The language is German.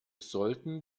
sollten